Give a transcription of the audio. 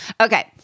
Okay